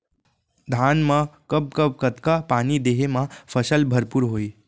धान मा कब कब कतका पानी देहे मा फसल भरपूर होही?